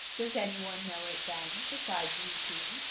does any one know it, then, beside you two?